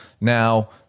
Now